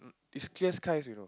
it's clear skies you know